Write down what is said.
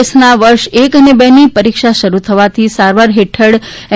એસના વર્ષ એક અને બે ની પરીક્ષા શરૂ થવાથી સારવાર હેઠળ એમ